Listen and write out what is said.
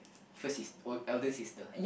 first is old elder sister